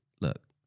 look